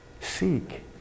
Seek